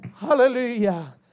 Hallelujah